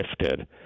shifted